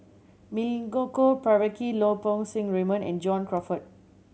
Milenko Prvacki Lau Poo Seng Raymond and John Crawfurd